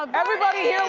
um everybody